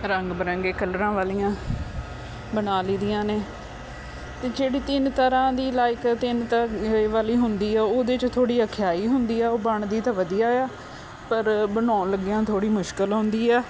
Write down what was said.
ਰੰਗ ਬਰੰਗੇ ਕਲਰਾਂ ਵਾਲੀਆਂ ਬਣਾ ਲਈ ਦੀਆਂ ਨੇ ਅਤੇ ਜਿਹੜੀ ਤਿੰਨ ਤਰ੍ਹਾਂ ਦੀ ਲਾਈਕ ਤਿੰਨ ਤਾਂ ਵਾਲੀ ਹੁੰਦੀ ਆ ਉਹਦੇ 'ਚ ਥੋੜ੍ਹੀ ਔਖਿਆਈ ਹੁੰਦੀ ਆ ਉਹ ਬਣਦੀ ਤਾਂ ਵਧੀਆ ਆ ਪਰ ਬਣਾਉਣ ਲੱਗਿਆਂ ਥੋੜ੍ਹੀ ਮੁਸ਼ਕਿਲ ਆਉਂਦੀ ਆ